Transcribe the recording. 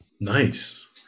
Nice